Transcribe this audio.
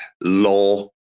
law